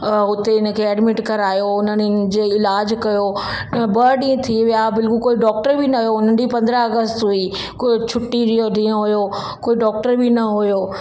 उते हिन खे एडमिट करायो उन्हनि जे इलाज कयो ॿ ॾींहं थी विया बिलकुलु कोई डॉक्टर बि न हुओ उन ॾींहं पंद्रहं अगस्त हुई कोइ छुट्टी जो ॾींहुं हुओ कोई डॉक्टर बि न हुओ